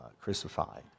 crucified